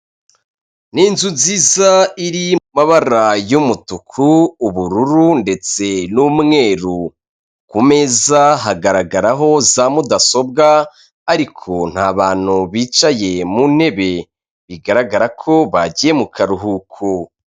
Ni inzu nziza iri mu mabara y'umutuku ubururu ndetse n'umweru, ku meza hagaragaraho za mudasobwa ariko nta bantu bicaye mu ntebe bigaragara ko bagiye mu karuhuko.